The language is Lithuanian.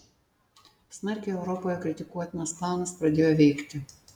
smarkiai europoje kritikuotinas planas pradėjo veikti